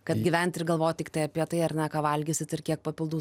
kad gyvent ir galvot tiktai apie tai ar ne ką valgysit ir kiek papildų